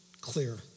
clear